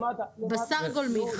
בשר גולמי,